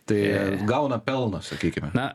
tai gauna pelno sakykime